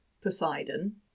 Poseidon